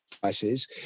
prices